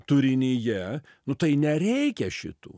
turinyje nu tai nereikia šitų